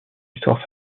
histoire